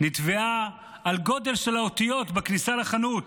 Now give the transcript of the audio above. נתבעה על גודל האותיות בכניסה לחנות